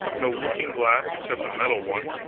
no looking-glass except a metal one,